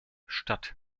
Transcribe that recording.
statt